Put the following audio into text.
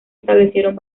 establecieron